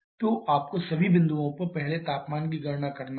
तो आपको सभी बिंदुओं पर पहले तापमान की गणना करना होगा